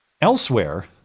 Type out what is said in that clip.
Elsewhere